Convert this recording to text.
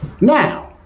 Now